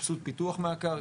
על סבסוד פיתוח מהקרקע?